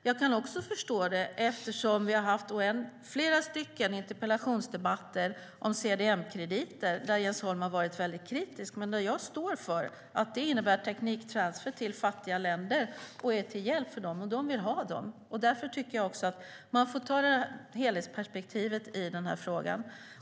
Jag kan också förstå det eftersom vi har haft flera interpellationsdebatter om CDM-krediter, där Jens Holm har varit väldigt kritisk. Men jag står för att det innebär en tekniktransfer till fattiga länder och är till hjälp för dem. Och de vill ha dem. Därför tycker jag att man får ta helhetsperspektivet i den här frågan.